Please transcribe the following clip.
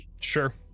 Sure